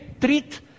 treat